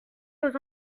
aux